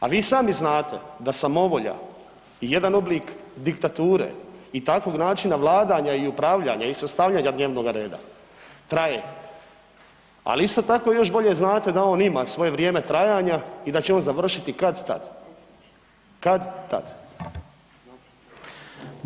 A vi sami znate da samovolja je jedan oblik diktature i takvog načina vladanja i upravljanja i sastavljanja dnevnoga reda traje, ali isto tako još bolje znate da on ima svoje vrijeme trajanja i da će on završiti kad-tad, kad-tad.